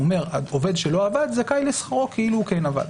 הוא אומר שעובד שלא עבד זכאי לשכרו כאילו הוא כן עבד.